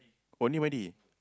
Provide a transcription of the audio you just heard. only marry